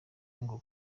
ngo